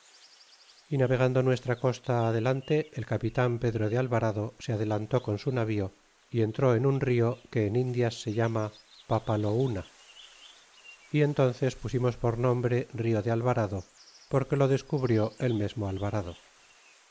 navegando nuestra costa adelante el capitan pedro de alvarado se adelantó con su navío y entró en un rio que en indias se llama papalohun a y en túnces pusimos por nombre rio de alvarado porque lo descubrió el mesmo